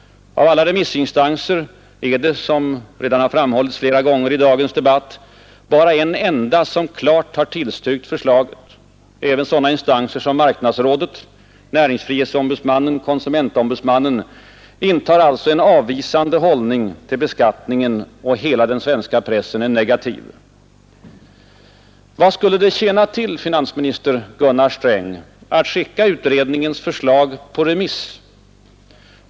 Av alla remissinstanser är det — som redan framhållits flera gånger i dagens debatt — bara en enda som klart har tillstyrkt förslaget. Även sådana instanser som marknadsrådet, näringsfrihetsombudsmannen och konsumentombudsmannen intar alltså en avvisande hållning till beskattningen. Hela pressen är negativ. Vad skulle det tjäna till, finansminister Gunnar Sträng, att skicka utredningens förslag på remiss?